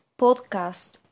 podcast